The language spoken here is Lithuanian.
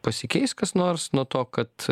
pasikeis kas nors nuo to kad